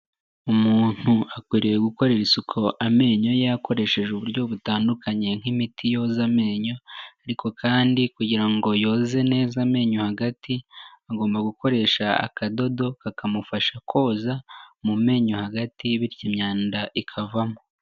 Umuntu akwiriye gukorera isuku amenyo ye, akoresheje uburyo butandukanye nk'imiti yoza amenyo, ariko kandi kugira ngo yoze neza amenyo hagati, agomba gukoresha akadodo, kakamufasha koza mu menyo hagati, bityo imyanda ikavamo.